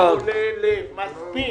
מספיק.